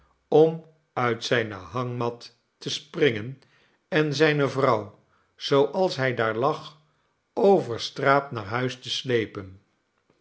om uit zijne hangmat te springen en zijne vrouw zooals hij daar lag over straat naar huis te slepen